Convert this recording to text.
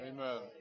Amen